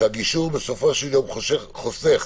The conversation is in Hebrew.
הגישור בסופו של יום חוסך